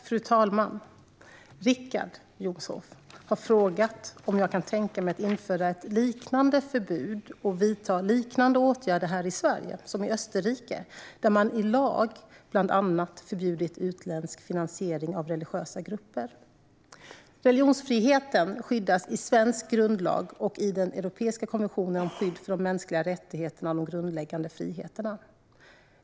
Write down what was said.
Fru talman! Richard Jomshof har frågat om jag kan tänka mig att införa ett liknande förbud och vidta liknande åtgärder här i Sverige som i Österrike, där man i lag bland annat har förbjudit utländsk finansiering av religiösa grupper. Religionsfriheten skyddas i svensk grundlag och i den europeiska konventionen om skydd för de mänskliga rättigheterna och de grundläggande friheterna.